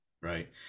Right